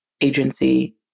agency